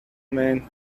man